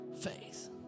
Faith